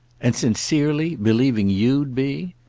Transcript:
and sincerely believing you'd be?